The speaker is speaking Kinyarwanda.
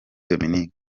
dominique